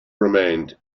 remained